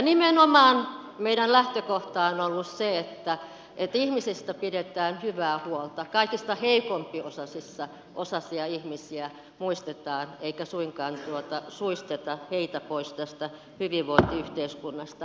nimenomaan meidän lähtökohtamme on ollut se että ihmisistä pidetään hyvää huolta kaikista heikko osaisimpia ihmisiä muistetaan eikä suinkaan suisteta heitä pois tästä hyvinvointiyhteiskunnasta